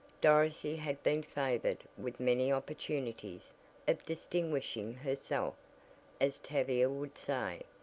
dorothy had been favored with many opportunities of distinguishing herself as tavia would say,